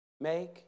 make